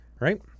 Right